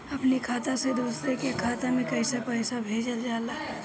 अपने खाता से दूसरे के खाता में कईसे पैसा भेजल जाला?